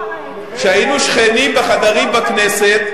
כשהיינו שכנים בחדרים בכנסת,